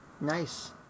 nice